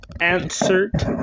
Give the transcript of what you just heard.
answered